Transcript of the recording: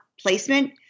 placement